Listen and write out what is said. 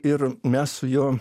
ir mes su juo